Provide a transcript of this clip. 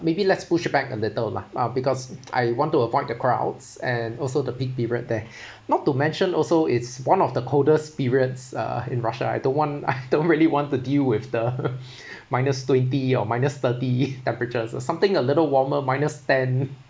maybe let's pushback a little lah because I want to avoid the crowds and also the peak period there not to mention also it's one of the coldest periods uh in russia I don't want I don't really want to deal with the minus twenty or minus thirty temperatures or something a little warmer minus ten